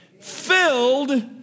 Filled